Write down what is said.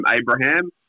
Abraham